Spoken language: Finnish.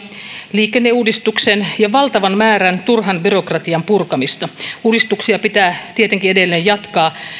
liikenneuudistuksen ja valtavan määrän turhan byrokratian purkamista uudistuksia pitää tietenkin edelleen jatkaa